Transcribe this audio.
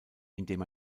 indem